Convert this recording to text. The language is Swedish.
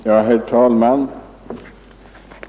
Herr talman!